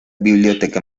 biblioteca